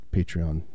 Patreon